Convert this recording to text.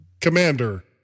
Commander